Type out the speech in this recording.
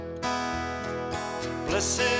Blessed